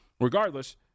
Regardless